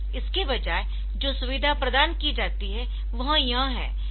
इसके बजाय जो सुविधा प्रदान की जाती है वह यह है